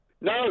No